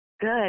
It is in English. Good